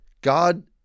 God